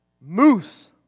Moose